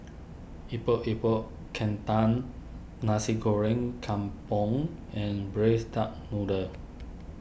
Epok Epok Kentang Nasi Goreng Kampung and Braised Duck Noodle